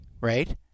Right